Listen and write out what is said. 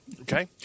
Okay